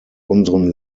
unseren